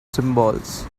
symbols